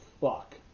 fuck